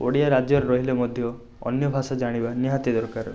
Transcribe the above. ଓଡ଼ିଆ ରାଜ୍ୟରେ ରହିଲେ ମଧ୍ୟ ଅନ୍ୟ ଭାଷା ଜାଣିବା ନିହାତି ଦରକାର